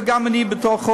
וגם אני בתוכה,